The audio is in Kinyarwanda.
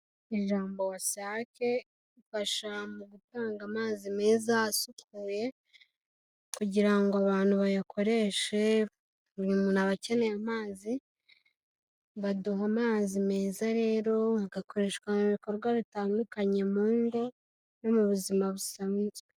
Ijambo WASAC ifasha mu gutanga amazi meza asukuye, kugira ngo abantu bayakoreshe, buri muntu aba akeneye amazi, baduha amazi meza rero agakoreshwa mu bikorwa bitandukanye mu ngo, no mu buzima busanzwe.